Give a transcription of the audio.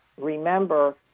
Remember